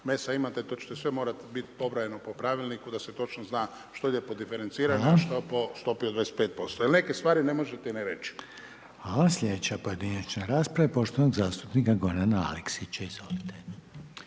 mesa imate, to ćete sve morat bit pobrojano po pravilniku da se točno zna što ide pod diferencirano, a što po stopi od 25%. Jer neke stvari ne možete ne reći. **Reiner, Željko (HDZ)** Hvala. Sljedeća pojedinačna rasprava je poštovanog zastupnika Gorana Aleksića, izvolite.